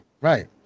right